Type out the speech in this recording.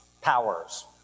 powers